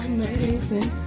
Amazing